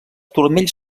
turmells